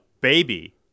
baby